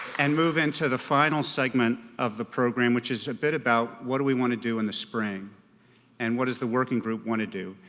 and move into the final segment of the program, which is a bit about what do we want to do in the spring and what does the working group want to do.